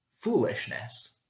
foolishness